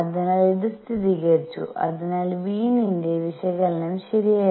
അതിനാൽ ഇത് സ്ഥിരീകരിച്ചു അതിനാൽ വീനിന്റെ weins വിശകലനം ശരിയായിരുന്നു